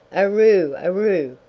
aroo, aroo!